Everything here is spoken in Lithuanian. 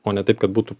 o ne taip kad būtų